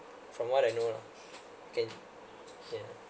from what I know lah can yeah